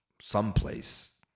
someplace